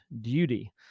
Duty